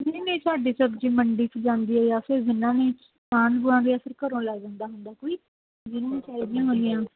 ਨਹੀਂ ਨਹੀਂ ਸਾਡੀ ਸਬਜ਼ੀ ਮੰਡੀ 'ਚ ਜਾਂਦੀ ਜਾਂ ਫਿਰ ਜਿਹਨਾਂ ਨੇ ਆਂਢ ਗੁਆਂਢ ਜਾਂ ਫਿਰ ਘਰੋਂ ਲੈ ਜਾਂਦਾ ਹੁੰਦਾ ਕੋਈ